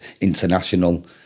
international